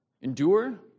Endure